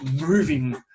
moving